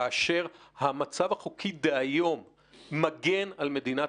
כאשר המצב החוקי דהיום מגן על מדינת